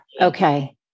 Okay